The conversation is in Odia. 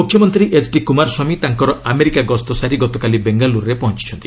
ମୁଖ୍ୟମନ୍ତ୍ରୀ ଏଚଡି କ୍ରମାରସ୍ୱାମୀ ତାଙ୍କର ଆମେରିକା ଗସ୍ତ ସାରି ଗତକାଲି ବେଙ୍ଗାଲ୍ରରେ ପହଞ୍ଚୁଛନ୍ତି